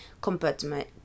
compartment